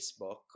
Facebook